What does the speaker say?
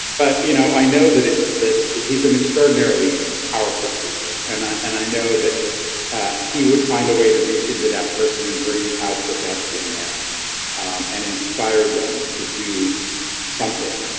but you know, i know that it that he's an extraordinarily powerful speaker, and i and i know that he would find a way to reach into that person and bring out the best in them and inspired them to do something